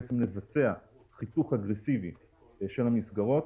בעצם לבצע חיתוך אגרסיבי של המסגרות.